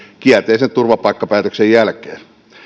kielteisen turvapaikkapäätöksen jälkeen